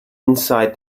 inside